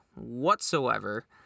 whatsoever